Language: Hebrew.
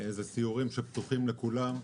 אלה סיורים שפתוחים לכולם,